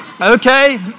okay